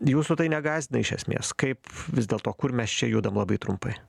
jūsų tai negąsdina iš esmės kaip vis dėlto kur mes čia judam labai trumpai